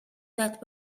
that